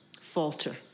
falter